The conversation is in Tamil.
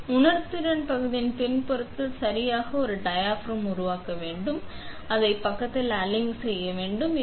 எனவே நான் இந்த உணர்திறன் பகுதியின் பின்புறத்தில் சரியாக ஒரு டயாபிராம் உருவாக்க வேண்டும் அதாவது நான் இந்த பக்கத்தில் அதை அலிங் வேண்டும்